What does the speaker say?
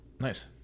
Nice